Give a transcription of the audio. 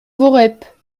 voreppe